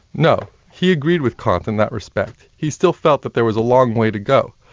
no. he agreed with kant in that respect. he still felt that there was a long way to go.